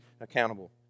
accountable